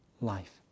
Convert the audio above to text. life